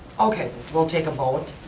okay, we'll take a vote.